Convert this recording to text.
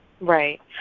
Right